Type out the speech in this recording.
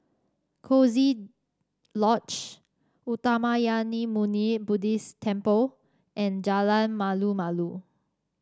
Coziee Lodge Uttamayanmuni Buddhist Temple and Jalan Malu Malu